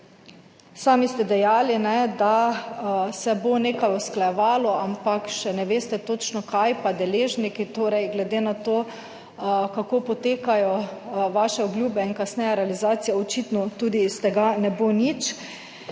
sami ste dejali, da se bo nekaj usklajevalo, ampak še ne veste točno kaj pa deležniki, torej glede na to kako potekajo vaše obljube in kasneje realizacija, očitno tudi iz tega ne bo nič.